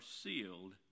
sealed